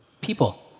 People